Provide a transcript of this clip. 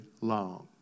long